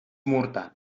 murta